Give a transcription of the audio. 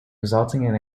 resulting